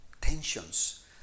tensions